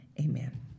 amen